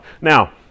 Now